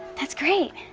that's great.